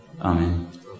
Amen